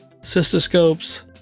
cystoscopes